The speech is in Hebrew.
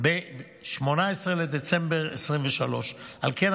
ב-18 בדצמבר 2023. על כן,